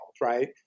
right